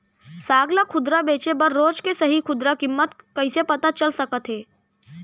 साग ला खुदरा बेचे बर रोज के सही खुदरा किम्मत कइसे पता चल सकत हे?